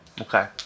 Okay